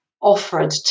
offered